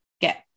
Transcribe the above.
get